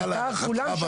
כולם שופכים שם.